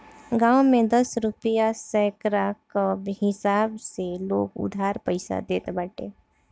गांव में दस रुपिया सैकड़ा कअ हिसाब से लोग उधार पईसा देत बाटे